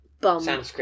bum